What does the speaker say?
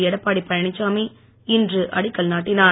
எடப்பாடி பழனிசாமி இன்று அடிக்கடி நாட்டினார்